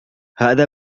هذا